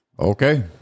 Okay